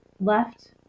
left